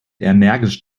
energisch